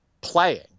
playing